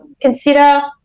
Consider